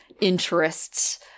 interests